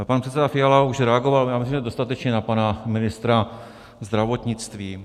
Pan předseda Fiala už reagoval, já myslím, že dostatečně, na pana ministra zdravotnictví.